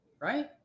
right